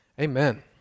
Amen